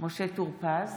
משה טור פז,